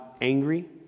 angry